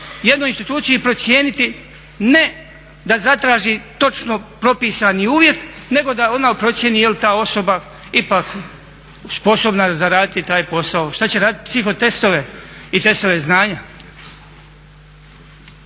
jednoj instituciji procijeniti ne da zatraži točno propisani uvjet nego da ona procijeni jel' ta osoba ipak sposobna za raditi taj posao. Što će raditi, psihotestove i testove znanja?